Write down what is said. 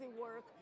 work